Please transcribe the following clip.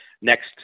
next